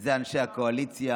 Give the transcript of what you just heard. זה אנשי הקואליציה.